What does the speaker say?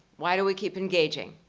why do we keep engaging?